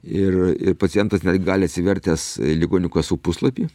ir ir pacientas net gali atsivertęs ligonių kasų puslapį